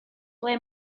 ble